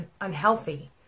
unhealthy